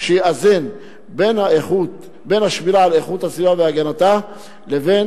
שיאזן בין השמירה על איכות הסביבה והגנתה לבין